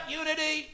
unity